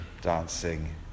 Dancing